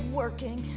working